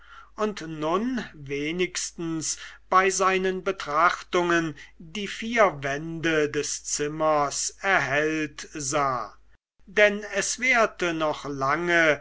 und nun wenigstens bei seinen betrachtungen die vier wände des zimmers erhellt sah denn es währte noch lange